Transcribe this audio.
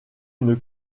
une